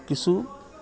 কিছু